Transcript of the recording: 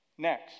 Next